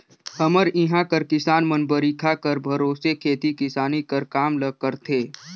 हमर इहां कर किसान मन बरिखा कर भरोसे खेती किसानी कर काम ल करथे